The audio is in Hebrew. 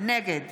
נגד